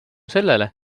sellele